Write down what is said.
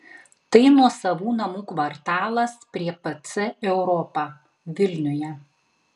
tai nuosavų namų kvartalas prie pc europa vilniuje